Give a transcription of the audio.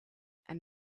and